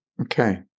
Okay